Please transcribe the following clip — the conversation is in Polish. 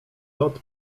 lot